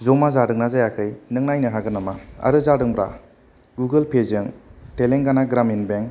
जमा जादोंना जायाखै नों नायनो हागोन नामा आरो जादोंब्ला गुगोल पेजों तेलांगाना ग्रामिन बेंक